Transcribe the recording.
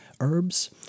herbs